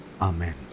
Amen